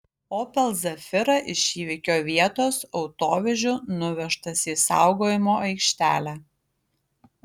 opel zafira iš įvykio vietos autovežiu nuvežtas į saugojimo aikštelę